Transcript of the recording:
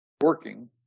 working